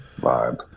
vibe